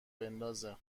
بندازه